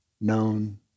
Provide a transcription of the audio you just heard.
known